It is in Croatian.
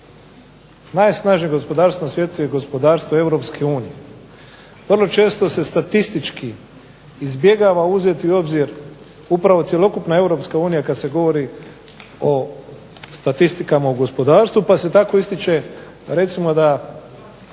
najsnažnije gospodarstvo u svijetu je gospodarstvo Europske unije. Vrlo često se statistički izbjegava uzeti u obzir upravo cjelokupna europska unija kada se govori o statistikama u gospodarstvu, pa se tako ističe da